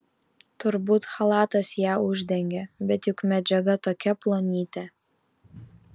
turbūt chalatas ją uždengė bet juk medžiaga tokia plonytė